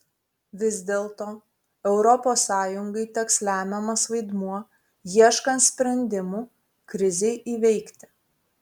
vis dėlto europos sąjungai teks lemiamas vaidmuo ieškant sprendimų krizei įveikti